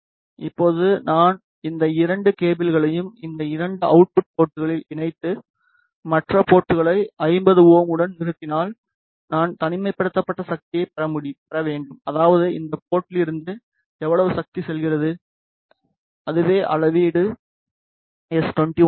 இப்போது நான் இந்த இரண்டு கேபிள்களையும் இந்த இரண்டு அவுட்புட் போர்ட்களில் இணைத்து மற்ற போர்ட்களை 50 ஓம் உடன் நிறுத்தினால் நான் தனிமைப்படுத்தப்பட்ட சக்தியைப் பெற வேண்டும் அதாவது இந்த போர்ட்டிலிருந்து எவ்வளவு சக்தி செல்கிறது அதுவே அளவீடு எஸ்21 ஆகும்